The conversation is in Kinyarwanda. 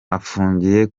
afungiye